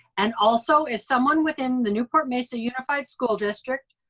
and also as someone within the newport mesa unified school district,